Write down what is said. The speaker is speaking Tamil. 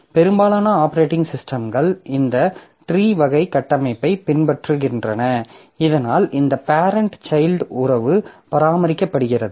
பெரும்பாலான ஆப்பரேட்டிங் சிஸ்டம்கள் இந்த ட்ரீ வகை கட்டமைப்பைப் பின்பற்றுகின்றன இதனால் இந்த பேரெண்ட் சைல்ட் உறவு பராமரிக்கப்படுகிறது